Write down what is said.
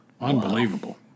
Unbelievable